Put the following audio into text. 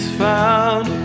found